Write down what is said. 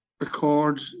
record